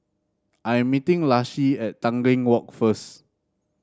I am meeting Laci at Tanglin Walk first